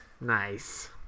Nice